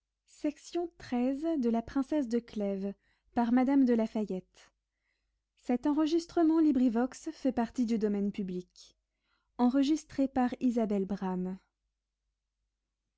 of la princesse